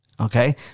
okay